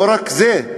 לא רק זה.